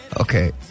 okay